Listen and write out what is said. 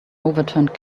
overturned